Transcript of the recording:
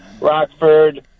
Rockford